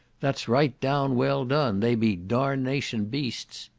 that's right down well done, they be darnation beasts.